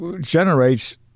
generates